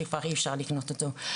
שכבר אי אפשר לקנות אותו.